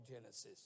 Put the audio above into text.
genesis